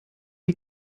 wie